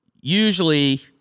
usually